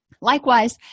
Likewise